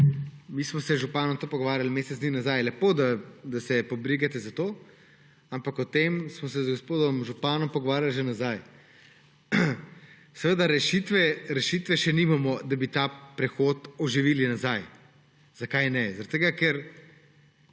Mi smo se z županom o tem pogovarjali mesec dni nazaj. Lepo, da se pobrigate za to, ampak o tem smo se z gospodom županom pogovarjali že nazaj. Seveda rešitve še nimamo, da bi ta prehod oživeli nazaj. Zakaj ne? Zaradi